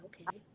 okay